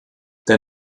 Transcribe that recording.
der